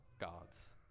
gods